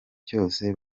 cyose